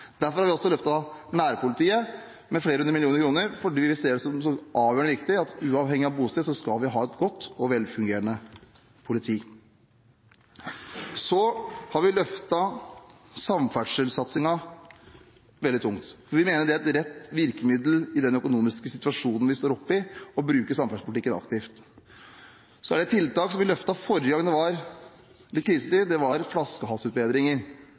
Derfor har vi også løftet nærpolitiet med flere hundre millioner kroner fordi vi ser det som avgjørende viktig at man uavhengig av bostad skal ha et godt og velfungerende politi. Så har vi satset veldig tungt på samferdsel. Vi mener at det å bruke samferdselsaktiviteten aktivt er et rett virkemiddel i den økonomiske situasjonen vi står oppe i. Et tiltak vi løftet forrige gang det var litt krisetid, var flaskehalsutbedringer